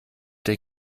der